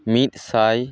ᱢᱤᱫᱥᱟᱭ